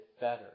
better